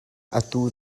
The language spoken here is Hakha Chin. atu